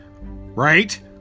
Right